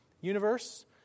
universe